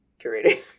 curating